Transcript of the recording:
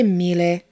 mille